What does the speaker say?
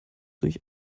durch